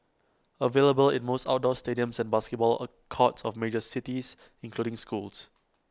available in most outdoor stadiums and basketball A courts of major cities including schools